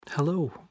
Hello